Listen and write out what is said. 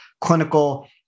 clinical